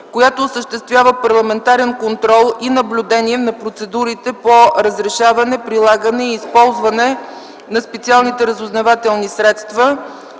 която осъществява парламентарен контрол и наблюдение на процедурите по разрешаване, прилагане и използване на специалните разузнавателни средства,